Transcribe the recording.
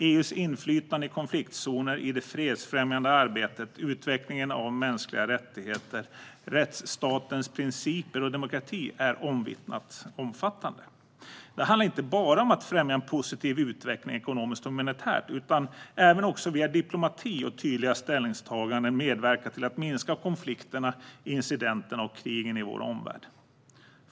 EU:s inflytande i konfliktzoner, i det fredsfrämjande arbetet, i utvecklingen av mänskliga rättigheter, i rättsstatens principer och för demokrati är omvittnat omfattande. Det handlar inte bara om att främja en positiv utveckling ekonomiskt och humanitärt utan även att via diplomati och tydliga ställningstaganden medverka till att minska konflikterna, incidenterna och krigen i vår omvärld.